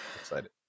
excited